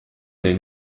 n’est